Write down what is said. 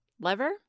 lever